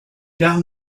down